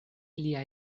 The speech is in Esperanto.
lia